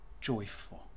joyful